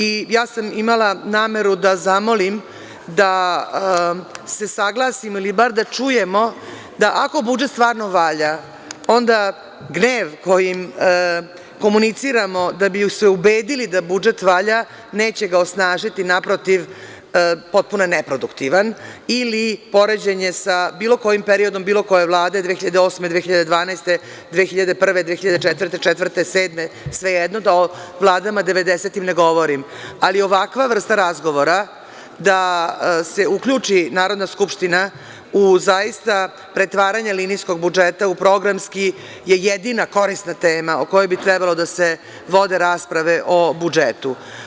Imala sam nameru da zamolim da se saglasimo ili bar da čujemo da ako budžet stvarno valja, onda gnev kojim komuniciramo da bi se ubedili da budžet valja neće ga osnažiti, naprotiv, potpuno je neproduktivan, ili poređenje sa bilo kojim periodom bilo koje vlade, 2008, 2012, 2001, 2004, 2007. godine, svejedno, da o vladama devedesetih ne govorim, ali ovakva vrsta razgovora, da se uključi Narodna skupština u zaista pretvaranje linijskog budžeta u programski je jedina korisna tema o kojoj bi trebalo da se vode rasprave o budžetu.